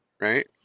right